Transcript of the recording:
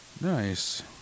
Nice